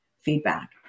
feedback